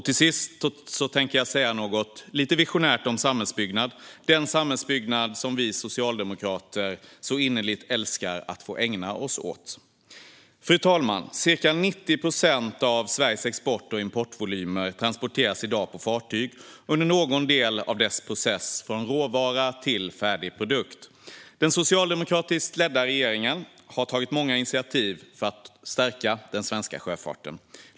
Till sist tänkte jag säga något lite visionärt om samhällsbyggnad - den samhällsbyggnad som vi socialdemokrater så innerligt älskar att få ägna oss åt. Fru talman! Cirka 90 procent av Sveriges export och importvolymer transporteras i dag på fartyg under någon del av processen från råvara till färdig produkt. Den socialdemokratiskt ledda regeringen har tagit många initiativ för att stärka den svenska sjöfarten.